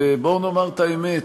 בואו נאמר את האמת,